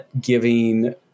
giving